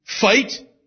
fight